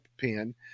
pen